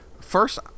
first